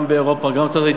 גם באירופה וגם בארצות-הברית,